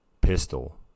pistol